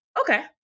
Okay